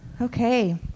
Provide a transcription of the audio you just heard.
okay